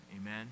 amen